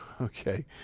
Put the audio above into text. okay